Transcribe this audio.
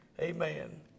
amen